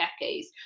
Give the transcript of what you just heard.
decades